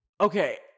okay